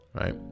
right